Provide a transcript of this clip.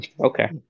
Okay